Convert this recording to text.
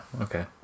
Okay